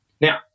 Now